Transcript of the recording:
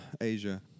Asia